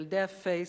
ילדי ה"פייסבוק"